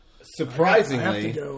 Surprisingly